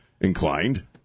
inclined